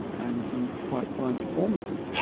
and some quite fine performances.